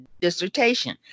dissertation